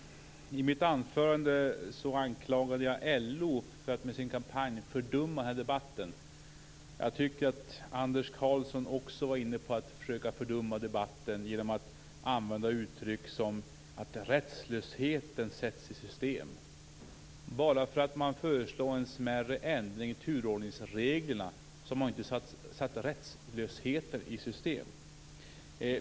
Fru talman! I mitt anförande anklagade jag LO för att med sin kampanj fördumma debatten. Jag tycker att Anders Karlsson också försöker fördumma debatten genom att använda uttryck som t.ex. att rättslösheten sätts i system. Bara för att man föreslår en smärre ändring i turordningsreglerna, har man inte satt rättslösheten i system.